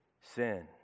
sin